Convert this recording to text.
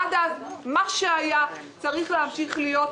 עד אז, מה שהיה צריך להמשיך להיות.